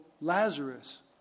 Lazarus